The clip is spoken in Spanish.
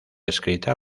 escrita